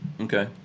Okay